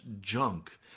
junk